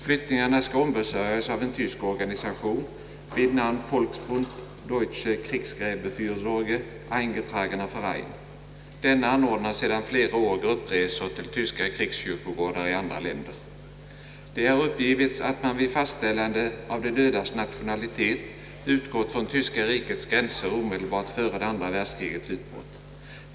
Flyttningarna skall ombesörjas av en tysk organisation vid namn Volksbund Deutsche Kriegsgräbefärsorge, eingetragener Verein. Denna anordnar sedan flera år gruppresor till tyska krigskyrkogårdar i andra länder. Det har uppgivits att man vid fastställandet av de dödas nationalitet utgått från tyska rikets gränser omedelbart före det andra världskrigets utbrott.